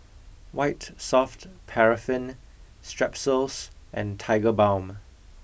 white soft paraffin Strepsils and Tigerbalm